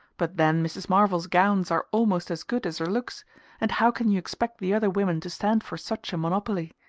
but then mrs. marvell's gowns are almost as good as her looks and how can you expect the other women to stand for such a monopoly?